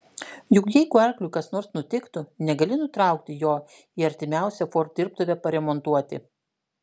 juk jeigu arkliui kas nors nutiktų negali nutraukti jo į artimiausią ford dirbtuvę paremontuoti